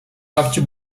babci